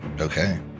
okay